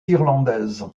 irlandaise